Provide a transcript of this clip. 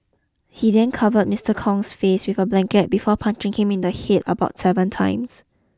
he then covered Mister Kong's face with a blanket before punching him in the hit about seven times